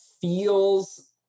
feels